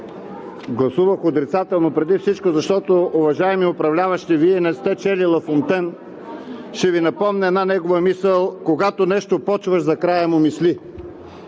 Гласувах отрицателно преди всичко, защото, уважаеми управляващи, Вие не сте чели Лафонтен. Ще Ви напомня една негова мисъл: „Когато нещо почваш, за края му мисли!“